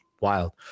wild